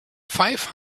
five